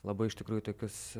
labai iš tikrųjų tokius